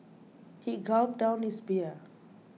he gulped down his beer